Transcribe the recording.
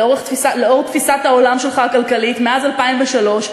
לאור תפיסת העולם הכלכלית שלך מאז 2003,